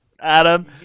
Adam